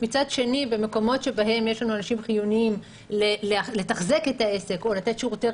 מצד שני במקומות שבהם יש לנו אנשים חיוניים לתחזק את העסק או לתת שירותי